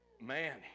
Man